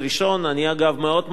אני, אגב, מאוד מקווה,